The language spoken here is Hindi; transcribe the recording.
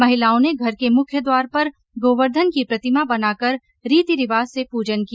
महिलाओं ने घर के मुख्य द्वार पर गोवर्धन की प्रतिमा बनाकर रीति रिवाज से पूजन किया